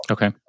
Okay